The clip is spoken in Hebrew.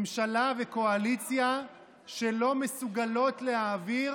ממשלה וקואליציה שלא מסוגלות להעביר